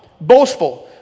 Boastful